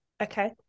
Okay